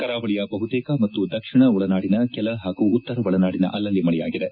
ಕರಾವಳಿಯ ಬಹುತೇಕ ಮತ್ತು ದಕ್ಷಿಣ ಒಳನಾಡಿನ ಕೆಲ ಪಾಗೂ ಉತ್ತರ ಒಳನಾಡಿನ ಅಲ್ಲಲ್ಲಿ ಮಳೆಯಾಗಿದೆ